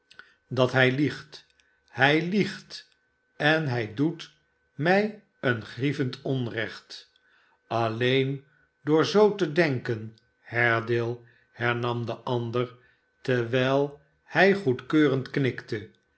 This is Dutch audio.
dat hij liegt hij liegt en doet mij een grievend onrecht alleen door zoo te denken haredale hernam de ander terwijl hij goedkeurend knikte